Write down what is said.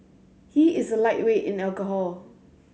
he is a lightweight in alcohol